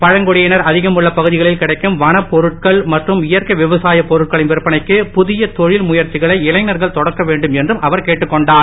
பழங்குடியினர் அதிகம் உள்ள பகுதிகளில் கிடைக்கும் வனப்பொருட்கள் மற்றும் இயற்கை விவசாய பொருட்களின் விற்பனைக்கு புதிய தொழில் முயற்சிகளை இளைஞர்கள் தொடக்க வேண்டும் என்றும் அவர் கேட்டுக் கொண்டார்